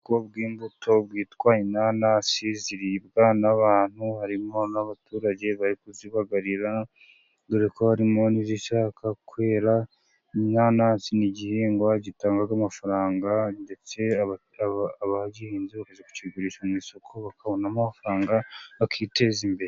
Ubwoko bw'imbuto bwitwa inanasi ziribwa n'abantu, harimo n'abaturage bari kuzibagarira, dore ko harimo n'izishaka kwera. Inanasi ni igihingwa gitanga amafaranga ndetse abagihinze bakajya kukigusha mu isoko, bakabonamo amafaranga, bakiteza imbere.